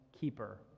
keeper